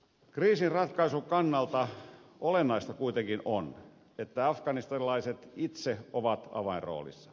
kriisin ratkaisun kannalta olennaista kuitenkin on että afganistanilaiset itse ovat avainroolissa